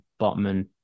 Botman